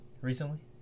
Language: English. recently